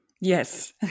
Yes